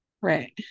right